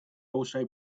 also